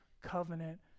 covenant